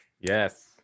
Yes